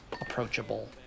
approachable